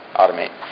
Automate